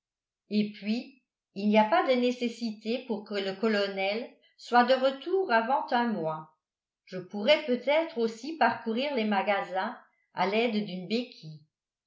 et puis il n'y a pas de nécessité pour que le colonel soit de retour avant un mois je pourrais peut-être aussi parcourir les magasins à l'aide d'une béquille